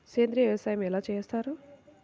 సేంద్రీయ వ్యవసాయం ఎలా చేస్తారు?